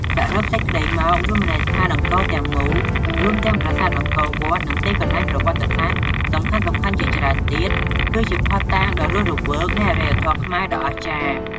សរុបសេចក្តីមក រមណីយដ្ឋានអង្គរទាំងមូល រួមទាំងប្រាសាទអង្គរវត្ត និងទីកន្លែងប្រវត្តិសាស្ត្រសំខាន់ៗជាច្រើនទៀត គឺជាភស្តុតាងដ៏រស់រវើកនៃអរិយធម៌ខ្មែរដ៏អស្ចារ្យ។